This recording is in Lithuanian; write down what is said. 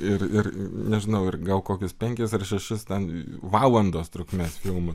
ir ir nežinau ir gal kokias penkias ar šešis ten valandas trukmės filmą